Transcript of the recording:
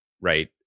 right